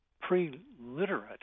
pre-literate